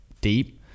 deep